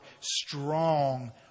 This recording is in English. strong